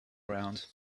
around